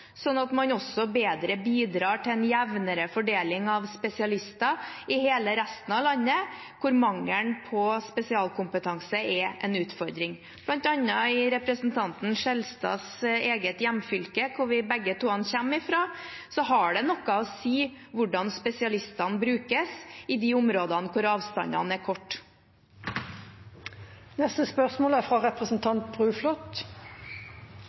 at man også bedre bidrar til en jevnere fordeling av spesialister i hele resten av landet, hvor mangelen på spesialkompetanse er en utfordring. Blant annet i representanten Skjelstads eget hjemfylke, hvor vi begge kommer fra, har det noe å si hvordan spesialistene brukes i de områdene hvor avstandene er